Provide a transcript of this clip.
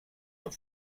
the